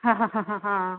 हा हा हा हा हा